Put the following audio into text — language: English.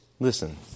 Listen